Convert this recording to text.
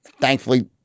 thankfully